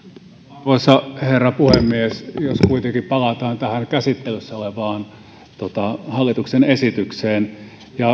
arvoisa herra puhemies jos kuitenkin palataan tähän käsittelyssä olevaan hallituksen esitykseen